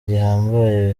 gihambaye